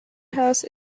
house